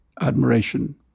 admiration